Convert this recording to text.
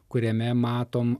kuriame matom